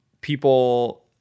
people